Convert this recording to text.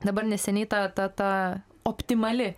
dabar neseniai ta ta ta optimali